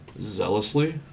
zealously